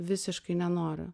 visiškai nenoriu